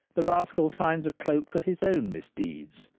the rascal finds a cloak for his own misdeeds.